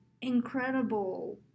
incredible